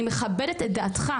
אני מכבדת את דעתך,